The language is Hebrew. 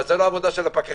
אבל זאת לא העבודה של הפקחים,